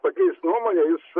pakeist nuomonę jis